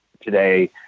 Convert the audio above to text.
today